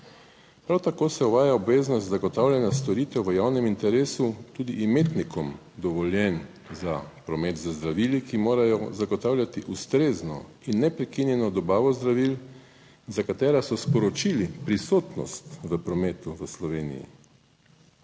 Prav tako se uvaja obveznost zagotavljanja storitev v javnem interesu tudi imetnikom dovoljenj za promet z zdravili, ki morajo zagotavljati ustrezno in neprekinjeno dobavo zdravil, za katera so sporočili prisotnost v prometu v Sloveniji.